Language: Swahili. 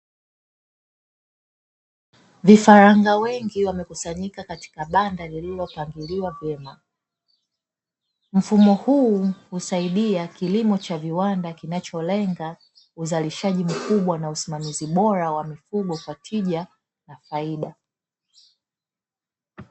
Vifaranga wengi wamekusanyik katika banda waliopangiliwa vema, mfumo huu husaidia kilimo cha viwanda kinacho lenga uzalishaji mkubwa na usimamizi bora wa mifugo kwa tija na faida.